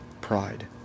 pride